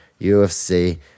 UFC